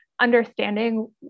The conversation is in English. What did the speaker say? understanding